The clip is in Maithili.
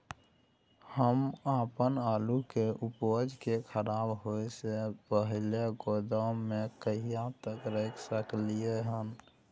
हम अपन आलू के उपज के खराब होय से पहिले गोदाम में कहिया तक रख सकलियै हन?